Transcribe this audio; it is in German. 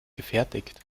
gefertigt